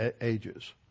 ages